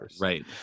Right